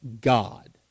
God